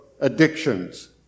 addictions